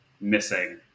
missing